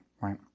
right